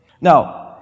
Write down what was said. Now